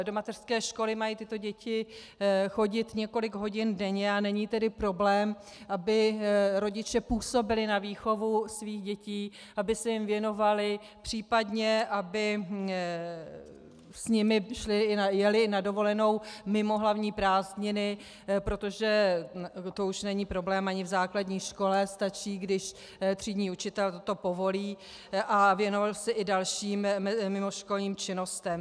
Do mateřské školy mají tyto děti chodit několik hodin denně a není tedy problém, aby rodiče působili na výchovu svých dětí, aby se jim věnovali, případně aby s nimi jeli na dovolenou mimo hlavní prázdniny, protože to už není problém ani v základní škole, stačí, když třídní učitel to povolí, a věnovali se i dalším mimoškolním činnostem.